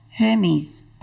Hermes